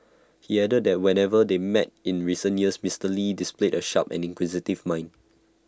he added that whenever they met in recent years Mister lee displayed A sharp and inquisitive mind